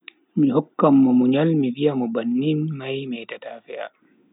Mi hokkan mo munyal mi viyamo bannin mai metata fe'a